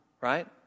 right